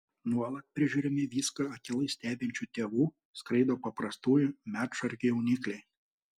nuolat prižiūrimi viską akylai stebinčių tėvų skraido paprastųjų medšarkių jaunikliai